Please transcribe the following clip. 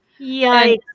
Yikes